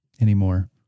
anymore